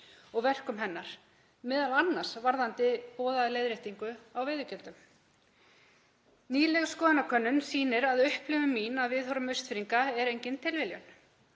og verkum hennar, m.a. varðandi boðaða leiðréttingu á veiðigjöldum. Nýleg skoðanakönnun sýnir að upplifun mín af viðhorfum Austfirðinga er engin tilviljun.